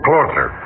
closer